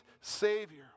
Savior